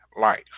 life